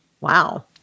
Wow